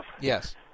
Yes